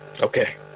Okay